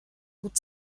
gut